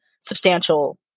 substantial